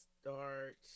start